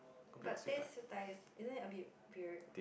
but ten siew-dai its isn't it a bit weird